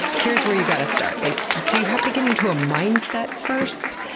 here's where you've got to start? like do you have to get into a mindset first,